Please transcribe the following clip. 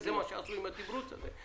זה מה שעשו עם התימרוץ הזה,